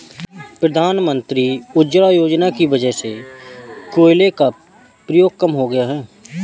प्रधानमंत्री उज्ज्वला योजना की वजह से कोयले का प्रयोग कम हो गया है